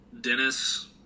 Dennis